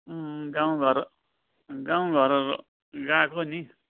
गाउँ घर गाउँ घर गएको नि